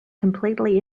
completely